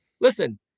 listen